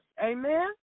Amen